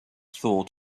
thought